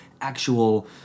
actual